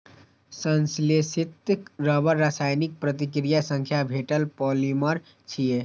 संश्लेषित रबड़ रासायनिक प्रतिक्रिया सं भेटल पॉलिमर छियै